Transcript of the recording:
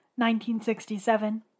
1967